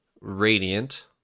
Radiant